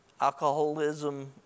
alcoholism